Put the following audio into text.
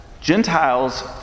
Gentiles